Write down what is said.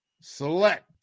select